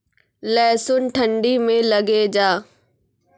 लहसुन ठंडी मे लगे जा?